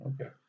Okay